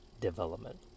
development